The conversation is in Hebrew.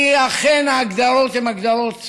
כי אכן ההגדרות הן הגדרות